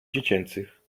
dziecięcych